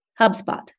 HubSpot